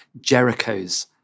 Jerichos